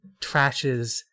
trashes